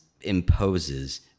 imposes